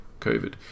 COVID